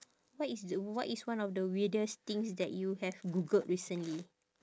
what is the what is one of the weirdest things that you have googled recently